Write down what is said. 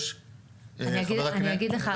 יש -- אני אסביר לך,